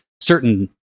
certain